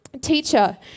Teacher